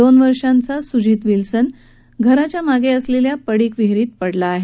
दोन वर्षाचा सुजीत विल्सन आपल्या घराच्या मागे असलेल्या पडिक विहिरीत पडला आहे